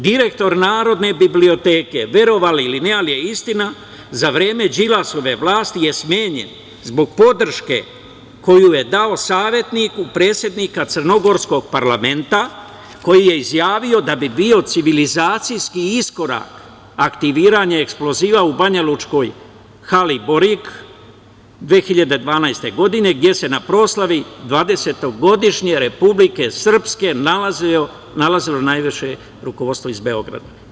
Direktor Narodne biblioteke, verovali ili ne, ali je istina, za vreme Đilasove vlasti je smenjen zbog podrške koju je dao savetniku predsednika crnogorskog parlamenta, koji je izjavio da bi bio civilazacijski iskorak aktiviranje eksploziva u banjalučkoj hali Borik 2012. godine, gde se na proslavi dvadesetogodišnje Republike Srpske nalazilo najviše rukovodstvo iz Beograda.